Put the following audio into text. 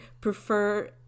prefer